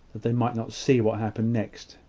that they might not see what happened next.